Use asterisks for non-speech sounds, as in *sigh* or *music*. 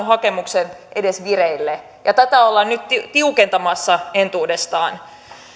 *unintelligible* hakemuksen edes vireille ja tätä ollaan nyt tiukentamassa entuudestaan